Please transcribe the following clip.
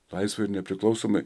laisvai ir nepriklausomai